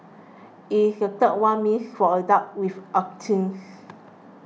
it is the third one means for adults with autism